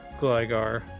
Gligar